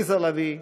עליזה לביא,